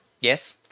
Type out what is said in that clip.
Yes